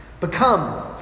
Become